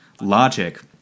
logic